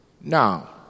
Now